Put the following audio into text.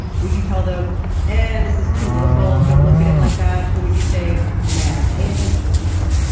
would you tell them and this is too local. don't look at it like that. or would you say now pay attention here